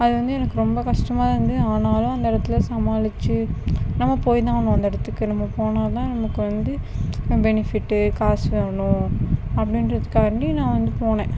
அதுவந்து எனக்கு ரொம்ப கஷ்டமாக இருந்தது ஆனாலும் அந்த இடத்துல சமாளிச்சு நம்ப போயிதான் ஆகணும் அந்த இடத்துக்கு நம்ப போனால்தான் நமக்கு வந்து பெனிஃபிட் காசு வாங்கணும் அப்படின்றதுக்காண்டி நான் வந்து போனேன்